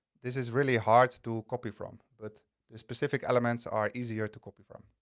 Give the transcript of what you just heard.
this is really hard to copy from. but the specific elements are easier to copy from.